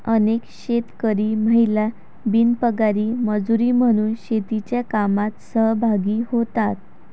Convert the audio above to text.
अनेक शेतकरी महिला बिनपगारी मजुरी म्हणून शेतीच्या कामात सहभागी होतात